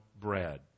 bread